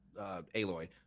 aloy